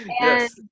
Yes